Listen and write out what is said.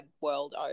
world